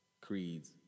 Creeds